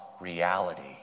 reality